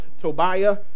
Tobiah